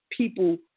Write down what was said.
people